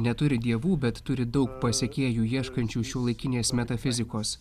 neturi dievų bet turi daug pasekėjų ieškančių šiuolaikinės metafizikos